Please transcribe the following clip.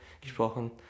gesprochen